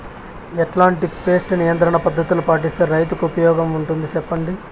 ఎట్లాంటి పెస్ట్ నియంత్రణ పద్ధతులు పాటిస్తే, రైతుకు ఉపయోగంగా ఉంటుంది సెప్పండి?